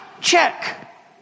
check